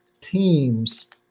teams